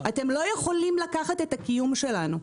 אתם לא יכולים לקחת את הקיום שלנו.